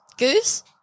Goose